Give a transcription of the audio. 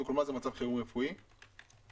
יושבים אנשים נכבדים,